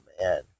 man